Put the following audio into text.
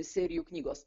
serijų knygos